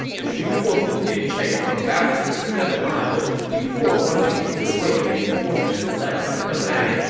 the shu forces gave chase for about six or seven miles before running into the wei reinforcement led by deng ai,